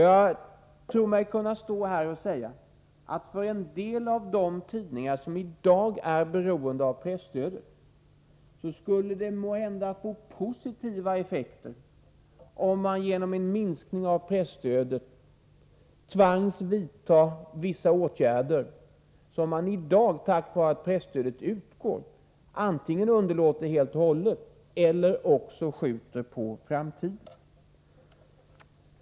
Jag tror mig kunna stå här och säga att det för en del av de tidningar som i dag är beroende av presstöd måhända skulle få positiva effekter, om de genom en minskning av presstödet tvingas vidta vissa åtgärder, som de i dag tack vare att presstöd utgår antingen underlåter helt och hållet eller också skjuter på framtiden.